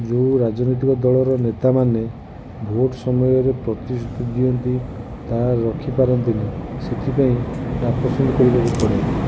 ଯେଉଁ ରାଜନୈତିକ ଦଳ ର ନେତା ମାନେ ଭୋଟ ସମୟରେ ପ୍ରତିଶୃତି ଦିଅନ୍ତି ତାହା ରଖି ପାରନ୍ତିନି ସେଥିପାଇଁ ନାପସନ୍ଦ କରିବାକୁ ପଡ଼େ